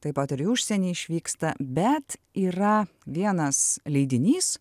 taip pat ir į užsienį išvyksta bet yra vienas leidinys